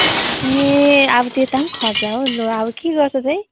ए अब त्यता पनि खर्च हो लु अब के गर्छस् है